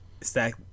stack